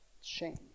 Shame